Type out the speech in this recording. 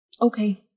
okay